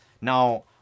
Now